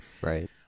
Right